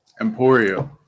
Emporio